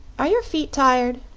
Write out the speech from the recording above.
are your feet tired?